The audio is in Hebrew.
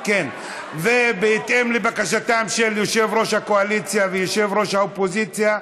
בהתאם לבקשתם של יושב-ראש הקואליציה ויושב-ראש האופוזיציה,